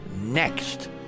next